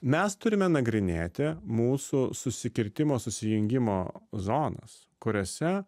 mes turime nagrinėti mūsų susikirtimo susijungimo zonas kuriose